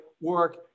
work